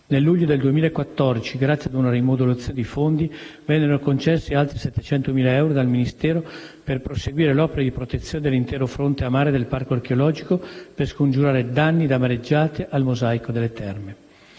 Nel luglio del 2014, grazie a una rimodulazione di fondi, vennero concessi altri 700.000 euro dal Ministero per proseguire l'opera di protezione dell'intero fronte a mare del Parco archeologico, al fine di scongiurare danni da mareggiate al mosaico delle terme.